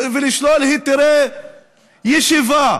ולשלול היתרי ישיבה?